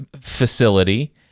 facility